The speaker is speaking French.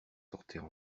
sortaient